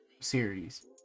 series